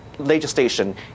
legislation